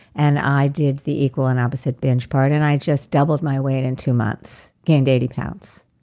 and i did the equal and opposite binge part. and i just doubled my weight in two months, gained eighty pounds.